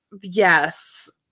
Yes